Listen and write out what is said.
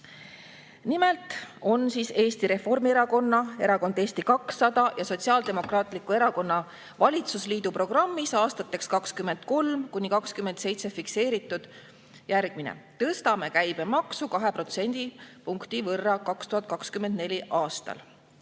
Nimelt on siis Eesti Reformierakonna, Erakonna Eesti 200 ja Sotsiaaldemokraatliku Erakonna valitsusliidu programmis aastateks 2023–2027 fikseeritud järgmine: tõstame käibemaksu 2 protsendipunkti võrra 2024. aastal.